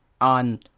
on